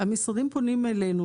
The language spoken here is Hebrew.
המשרדים פונים אלינו.